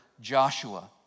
Joshua